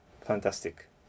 fantastic